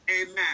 amen